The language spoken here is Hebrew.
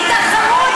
מתחרות?